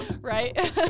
right